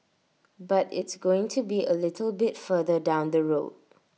but it's going to be A little bit further down the road